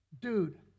Dude